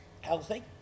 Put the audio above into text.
Healthy